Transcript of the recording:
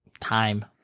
Time